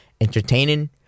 entertaining